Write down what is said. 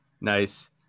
Nice